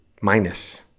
minus